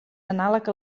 anàleg